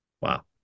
Wow